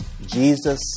Jesus